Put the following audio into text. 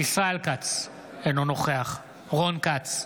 ישראל כץ, אינו נוכח רון כץ,